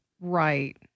right